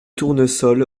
tournesol